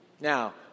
Now